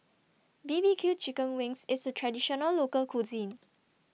B B Q Chicken Wings IS A Traditional Local Cuisine